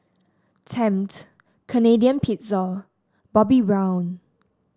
Tempt Canadian Pizza Bobbi Brown